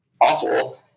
awful